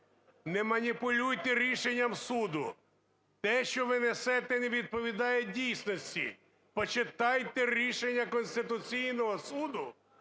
не маніпулюйте рішенням суду. Те, що ви несете, не відповідає дійсності. Почитайте рішення Конституційного Суду,